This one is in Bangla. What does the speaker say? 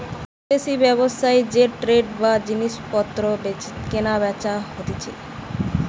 বিদেশি ব্যবসায় যে ট্রেড বা জিনিস পত্র কেনা বেচা হতিছে